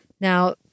Now